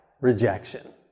rejection